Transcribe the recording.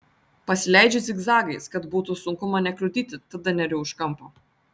pasileidžiu zigzagais kad būtų sunku mane kliudyti tada neriu už kampo